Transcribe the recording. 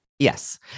Yes